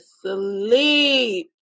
sleep